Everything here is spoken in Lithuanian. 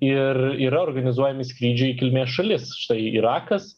ir yra organizuojami skrydžiai į kilmės šalis štai irakas